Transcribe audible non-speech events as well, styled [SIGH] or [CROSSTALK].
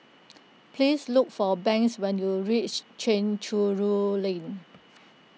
[NOISE] please look for Banks when you reach Chencharu Lane